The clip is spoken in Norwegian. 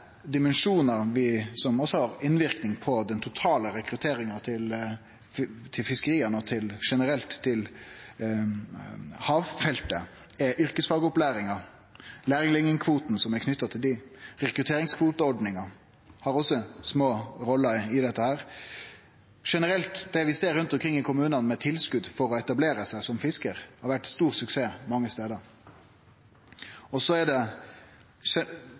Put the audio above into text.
dimensjonar som også har innverknad på den totale rekrutteringa til fiskeria og til havfeltet generelt, er yrkesfagopplæringa, lærlingkvoten som er knytt til dei, og rekrutteringskvoteordninga – dette har også små roller i dette. Generelt har det vi ser rundt omkring i kommunane med tilskot for å etablere seg som fiskar, vore stor suksess mange stader. Så er det